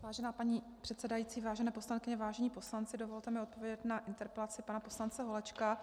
Vážená paní předsedající, vážené poslankyně, vážení poslanci, dovolte mi odpovědět na interpelaci pana poslance Holečka.